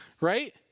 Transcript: right